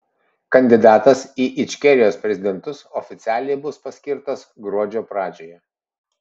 kandidatas į ičkerijos prezidentus oficialiai bus paskirtas gruodžio pradžioje